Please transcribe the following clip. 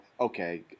okay